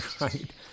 right